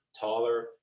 taller